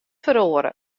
feroare